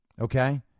Okay